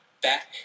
back